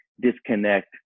disconnect